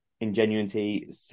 Ingenuity